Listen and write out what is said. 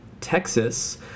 texas